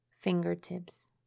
fingertips